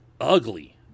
ugly